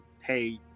hey